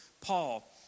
Paul